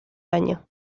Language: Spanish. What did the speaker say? año